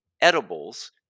edibles